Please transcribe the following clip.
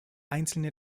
einzelne